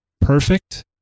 perfect